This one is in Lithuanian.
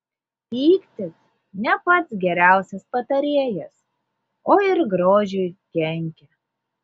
pyktis ne pats geriausias patarėjas o ir grožiui kenkia